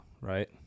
right